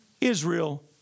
Israel